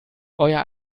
euer